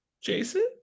Jason